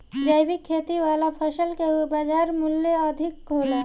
जैविक खेती वाला फसल के बाजार मूल्य अधिक होला